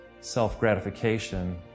self-gratification